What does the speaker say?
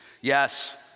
Yes